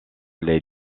les